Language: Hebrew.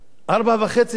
אני לא יודע אם אני חוזר.